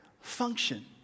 function